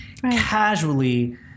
casually